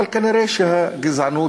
אבל כנראה הגזענות,